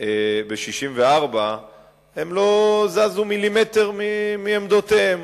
ב-1964 הם לא זזו מילימטר מעמדותיהם.